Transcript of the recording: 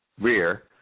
rear